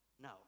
No